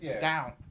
Down